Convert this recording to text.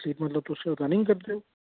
केह् मतलब तुस रनिंग करदे ओ